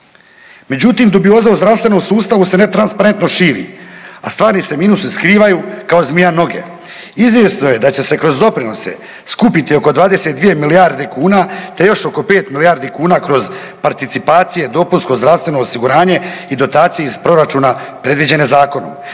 Međutim, dubioza u zdravstvenom sustavu se ne transparentno širi, a stvarne se minuse skrivaju kao zmija noge. Izvjesno je da će se kroz doprinose skupiti oko 22 milijarde kuna te još oko 5 milijardi kuna kroz participacije, DZO i dotacije iz proračuna predviđene zakonom.